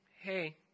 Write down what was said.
Hey